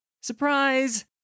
Surprise